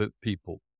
people